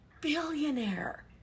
billionaire